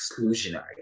exclusionary